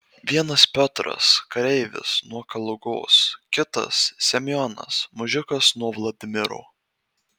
vienas piotras kareivis nuo kalugos kitas semionas mužikas nuo vladimiro